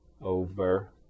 over